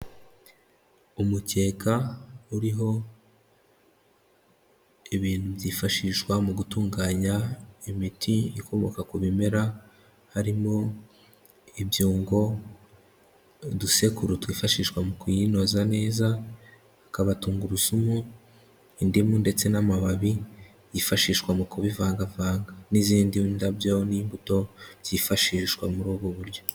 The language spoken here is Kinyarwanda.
Umukeka uriho ibintu byifashishwa mu gutunganya imiti ikomoka ku bimera harimo ibyungo, udusekuru twifashishwa mu kuyinoza neza, hakaba tungurusumu, indimu ndetse n'amababi, yifashishwa mu kubivangavanga n'izindi ndabyo n'imbuto byifashishwa muri ubu buryo.